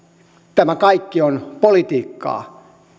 tämä kaikki on politiikkaa